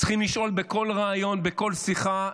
צריכים לשאול בכל ריאיון, בכל שיחה,